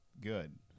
good